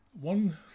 One